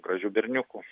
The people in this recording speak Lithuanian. gražiu berniuku